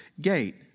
gate